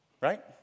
right